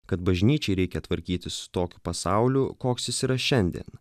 kad bažnyčiai reikia tvarkytis su tokiu pasauliu koks jis yra šiandien